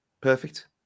Perfect